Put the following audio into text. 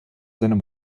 seinem